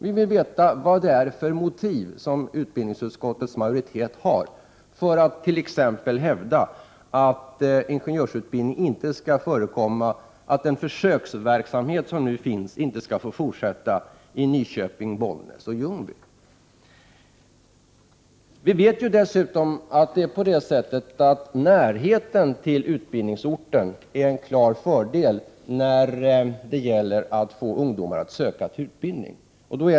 Vi vill veta vad det är för motiv som utbildningsutskottets majoritet har för att t.ex. hävda att den försöksverksamhet med ingenjörsutbildning som nu pågår i Nyköping, Bollnäs och Ljungby inte skall få fortsätta. Vi vet dessutom att närheten till utbildningsorten är en klar fördel när det gäller att få ungdomar att söka en utbildning.